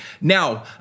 Now